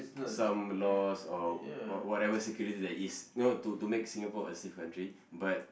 some laws or what whatever security it is know to to make Singapore a safe country but